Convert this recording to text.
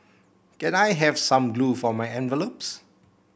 can I have some glue for my envelopes